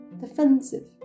defensive